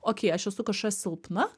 okei aš esu kažkokia silpna